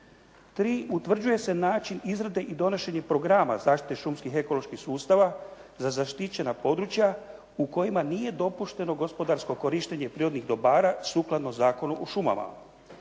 Tri. Utvrđuje se način izrade i donošenje programa zaštite šumskih ekoloških sustava za zaštićena područja u kojima nije dopušteno gospodarsko korištenje prirodnih dobara sukladno Zakonu o šumama.